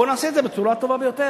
בואו נעשה את זה בצורה הטובה ביותר,